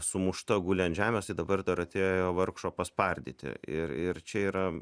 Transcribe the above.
sumušta guli ant žemės dabar dar atėjo vargšo paspardyti ir ir čia yra